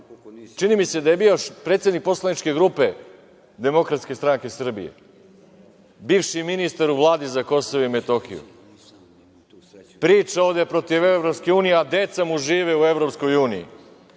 čini mi se da je bio predsednik poslaničke grupe DSS, bivši ministar u Vladi za Kosovo i Metohiju, priča ovde protiv EU, a deca mu žive u EU.